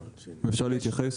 אפשר להתייחס?